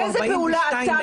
איזה פעולה אתה עשית,